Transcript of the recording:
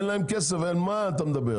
אין להם כסף, על מה אתה מדבר?